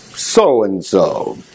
so-and-so